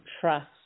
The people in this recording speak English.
trust